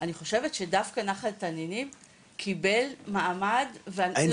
אני חושבת שדווקא נחל תנינים קיבל מעמד ולא פחות חשוב,